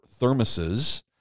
thermoses